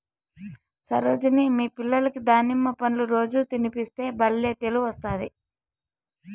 సరోజిని మీ పిల్లలకి దానిమ్మ పండ్లు రోజూ తినిపిస్తే బల్లే తెలివొస్తాది